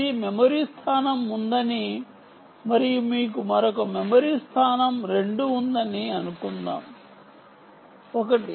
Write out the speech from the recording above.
మీకు మెమరీ స్థానం ఉందని మరియు మీకు మరొక మెమరీ స్థానం రెండు ఉందని అనుకుందాం ఒకటి